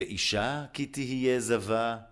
אישה, כי תהיה זבה.